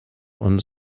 und